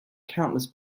countless